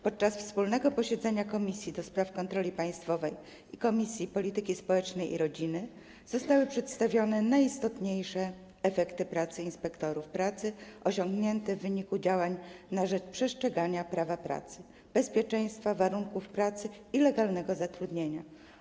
Podczas wspólnego posiedzenia Komisji do Spraw Kontroli Państwowej i Komisji Polityki Społecznej i Rodziny zostały przedstawione najistotniejsze efekty pracy inspektorów pracy osiągnięte w wyniku działań na rzecz przestrzegania prawa pracy, bezpieczeństwa, warunków pracy i legalnego zatrudnienia.